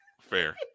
fair